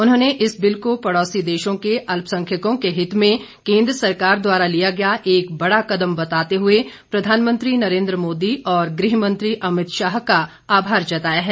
उन्होंने इस बिल को पड़ोसी देशों के अल्पसंख्यकों के हित में केंद्र सरकार द्वारा लिया गया एक बड़ा कदम बताते हुए प्रधानमंत्री नरेन्द्र मोदी और गृह मंत्री अमित शाह का आभार जताया है